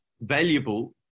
valuable